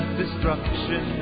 destruction